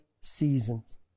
seasons